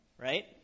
right